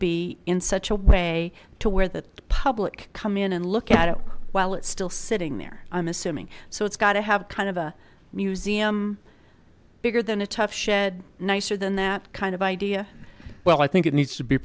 be in such a way to where the public come in and look at it while it's still sitting there i'm assuming so it's got to have kind of a museum bigger than a tough shed nicer than that kind of idea well i think it needs to be